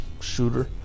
shooter